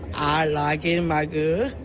like and and my girl,